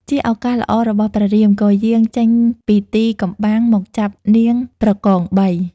ជាឱកាសល្អរបស់ព្រះរាម ក៏យាងចេញពីទីកំបាំងមកចាប់នាងប្រកងបី។